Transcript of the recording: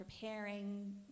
preparing